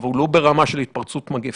אבל הוא לא ברמה של התפרצות מגפה,